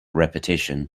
repetition